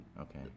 Okay